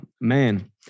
man